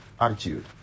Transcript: attitude